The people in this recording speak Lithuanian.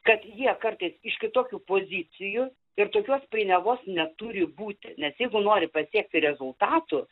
kad jie kartais iš kitokių pozicijų ir tokios painiavos neturi būti nes jeigu nori pasiekti rezultatų